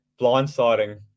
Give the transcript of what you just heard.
blindsiding